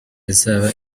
izaba